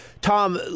Tom